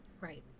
Right